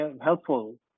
helpful